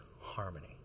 harmony